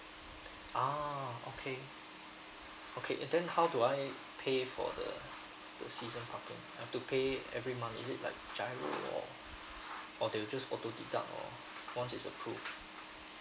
ah okay okay then how do I pay for the the season parking I have to pay it every month is it like giro or or they will just auto deduct or once it's approved